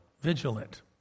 Vigilant